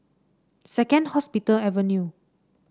Second Hospital Avenue